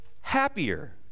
happier